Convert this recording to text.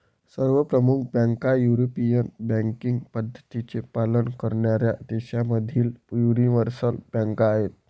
सर्व प्रमुख बँका युरोपियन बँकिंग पद्धतींचे पालन करणाऱ्या देशांमधील यूनिवर्सल बँका आहेत